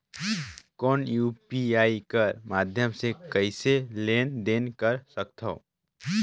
कौन यू.पी.आई कर माध्यम से कइसे लेन देन कर सकथव?